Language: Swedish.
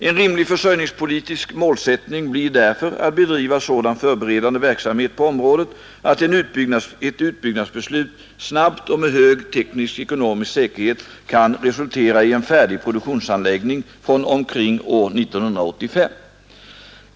En rimlig försörjningspolitisk målsättning blir därför att bedriva sådan förberedande verksamhet på området att ett utbyggnadsbeslut snabbt och med hög teknisk-ekonomisk säkerhet kan resultera i en färdig produktionsanläggning från omkring år 1985.